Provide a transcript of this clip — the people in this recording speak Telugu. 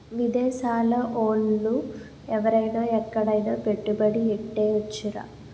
విదేశాల ఓళ్ళు ఎవరైన ఎక్కడైన పెట్టుబడి ఎట్టేయొచ్చురా